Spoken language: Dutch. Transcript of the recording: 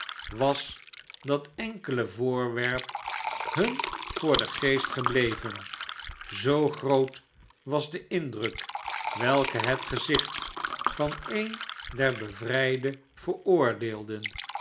was dat enkele voorwerp hun voor xlen geest gebleven zoo groot was de indruk welke het gezicht van een der bevrijde veroordeelclen